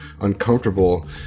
uncomfortable